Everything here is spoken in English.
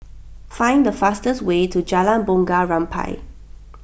find the fastest way to Jalan Bunga Rampai